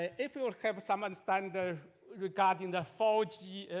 if you will have some and standards regarding the four g,